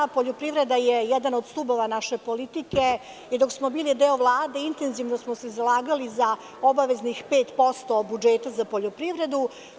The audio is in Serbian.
Poljoprivreda je jedan od stubova naše politike i dok smo bili deo Vlade intenzivno smo se zalagali za obaveznih 5% budžeta za poljoprivredu.